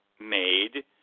Made